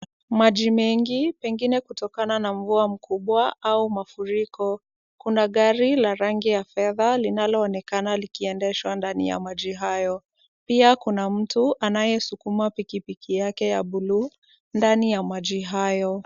Maji mengi pengine kutokana na mvua mkubwa au mafuriko. Kuna gari la rangi ya fedha linaloonekana likiendeshwa ndani ya maji hayo. Pia kuna mtu anayesukuma pikipiki yake ya buluu ndani ya maji hayo.